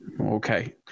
Okay